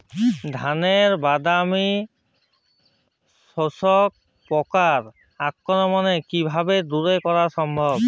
ধানের বাদামি শোষক পোকার আক্রমণকে কিভাবে দূরে করা সম্ভব?